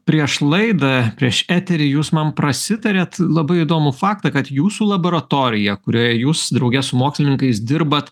prieš laidą prieš eterį jūs man prasitarėt labai įdomų faktą kad jūsų laboratorija kurioje jūs drauge su mokslininkais dirbat